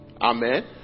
Amen